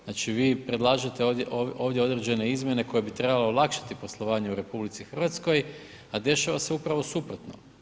Znači, vi predlažete ovdje određene izmjene koje bi trebalo olakšati poslovanje u RH, a dešava se upravo suprotno.